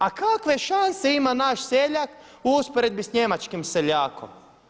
A kakve šanse ima naš seljak u usporedbi sa njemačkim seljakom?